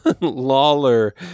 lawler